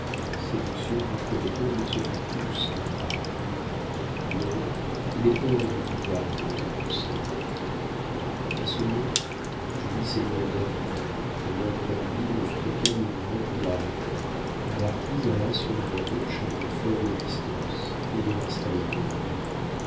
séductions contre lesquelles nous sommes toutes sans armes milord il est hors de mon pouvoir de vous récompenser a ce mot julie s'éloigna vivement et lord grenville ne fit aucun mouvement pour l'arrêter la marquise alla sur une roche à une faible distance et y resta immobile